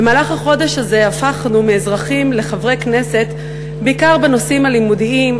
במהלך החודש הזה הפכנו מאזרחים לחברי כנסת בעיקר בנושאים הלימודיים,